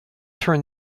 turn